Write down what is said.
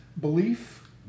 belief